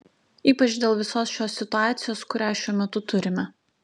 ypač dėl visos šios situacijos kurią šiuo metu turime